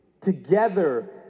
Together